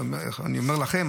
אני אומר לכם,